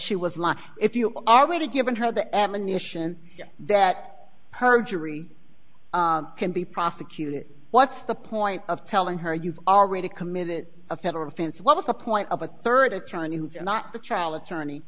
she was like if you already given her the admonition that perjury can be prosecuted what's the point of telling her you've already committed a federal offense what was the point of a third attorney who's not the